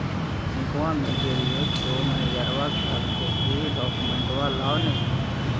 बैंकवा मे गेलिओ तौ मैनेजरवा कहलको कि डोकमेनटवा लाव ने?